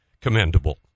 commendable